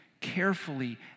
carefully